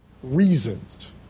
Reasons